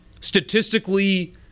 statistically